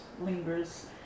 lingers